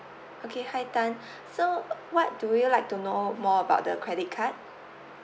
okay hi tan so uh what do you like to know more about the credit card